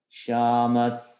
shamas